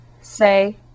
say